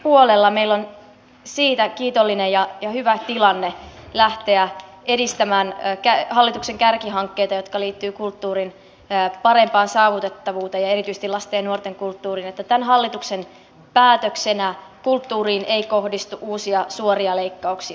kulttuuripuolella meillä on siitä kiitollinen ja hyvä tilanne lähteä edistämään hallituksen kärkihankkeita jotka liittyvät kulttuurin parempaan saavutettavuuteen ja erityisesti lasten ja nuorten kulttuuriin että tämän hallituksen päätöksenä kulttuuriin ei kohdistu uusia suoria leikkauksia